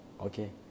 okay